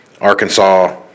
Arkansas